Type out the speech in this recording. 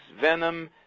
venom